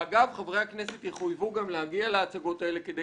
אגב חברי הכנסת יחויבו להגיע להצגות הללו כדי